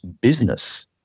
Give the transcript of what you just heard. business